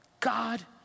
God